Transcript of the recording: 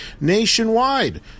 nationwide